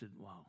wow